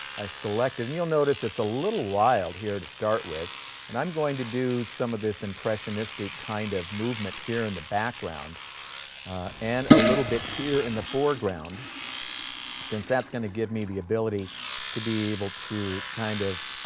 i selected and you'll notice it's a little wild here to start with and i'm going to do some of this impressionistic kind of movement here in the background and a little bit here in the foreground since that's going to give me the ability to be able to kind of